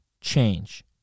change